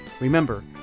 Remember